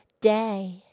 Day